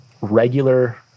regular